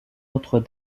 notre